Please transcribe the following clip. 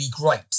great